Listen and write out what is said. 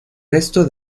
resto